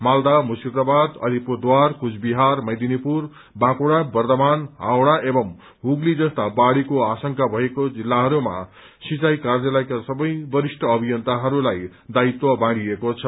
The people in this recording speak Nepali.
मालदा मिर्शदावाद अलिपुरद्वार कूचविहार मेदिनीपुर बाँकुङा वर्छमान हावड़ा एवं हुगली जस्ता बाढ़ीको आशंका भएको जिल्लाहरूमा सिंचाई कार्यालयका सवै वरिष्ठ अभियन्ताहरूलाई दायित्व बाँड़िएको छ